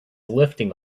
lifting